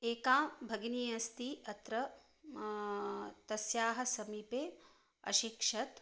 एका भगिनी अस्ति अत्र तस्याः समीपे अशिक्षत्